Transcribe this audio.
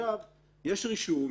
יש רישום,